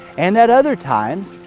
and at other times,